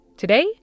Today